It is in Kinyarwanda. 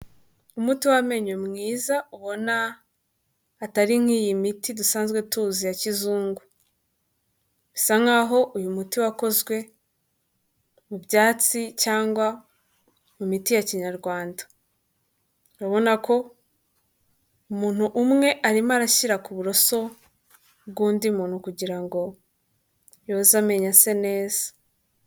Umuti w'amenyo mwiza ubona atari nk'iyi miti dusanzwe tuzi ya kizungu, bisa nkaho uyu muti wakozwe mu byatsi cyangwa mu miti ya kinyarwanda, urabona ko umuntu umwe arimo arashyira ku buroso bw'undi muntu kugira ngo yoze amenyo ase neza.